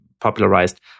popularized